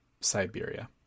Siberia